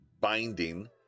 binding